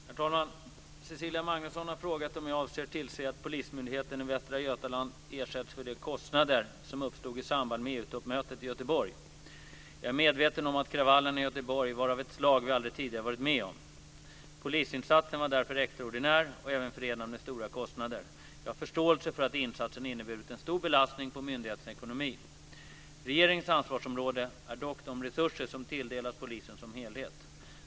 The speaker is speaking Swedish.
Herr talman! Cecilia Magnusson har frågat om jag avser att tillse att polismyndigheten i Västra Götaland ersätts för de kostnader som uppstod i samband med Jag är medveten om att kravallerna i Göteborg var av ett slag vi aldrig tidigare varit med om. Polisinsatsen var därför extraordinär och även förenad med stora kostnader. Jag har förståelse för att insatsen inneburit en stor belastning på myndighetens ekonomi. Regeringens ansvarsområde är dock de resurser som tilldelas polisen som helhet.